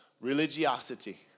religiosity